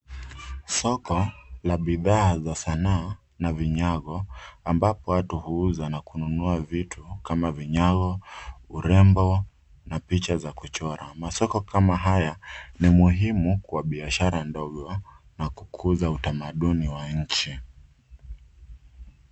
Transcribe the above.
Soko la bidhaa za sanaa na vinyago ambapo watu huuza na kununua vitu kama vinyago urembo na picha za kuchora. Masoko kama haya ni muhimu kwa biashara ndogo na kukuza utamaduni wa nchi.